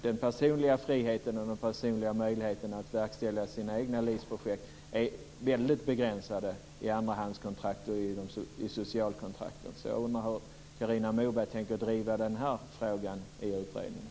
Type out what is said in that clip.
Den personliga friheten och de personliga möjligheterna att verkställa sina egna livsprojekt är väldigt begränsade i andrahandskontrakten och socialkontrakten. Jag undrar hur Carina Moberg tänker driva den här frågan i utredningen.